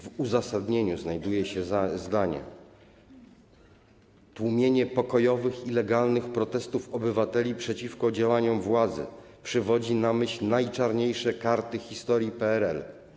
W uzasadnieniu znajduje się zdanie: „Tłumienie pokojowych i legalnych protestów obywateli przeciwko działaniom władzy przywodzi na myśl najczarniejsze karty historii PRL”